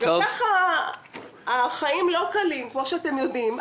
גם כך החיים לא קלים, כפי שאתם יודעים.